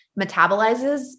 metabolizes